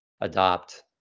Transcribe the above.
adopt